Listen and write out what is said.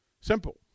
Simple